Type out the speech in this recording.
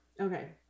Okay